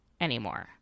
anymore